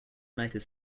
united